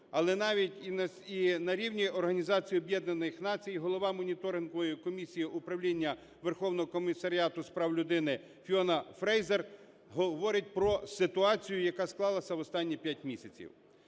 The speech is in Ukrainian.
Об'єднаних Націй, і голова Моніторингової місії Управління Верховного комісаріату з прав людини Фіона Фрейзер говорить про ситуацію, яка склалася в останні 5 місяців.